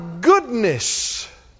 goodness